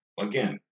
Again